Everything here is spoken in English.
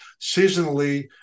seasonally